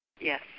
Yes